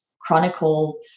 chronicle